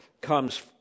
comes